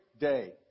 day